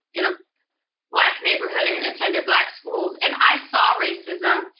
in a black neighborhood and attended black schools, and i saw racism,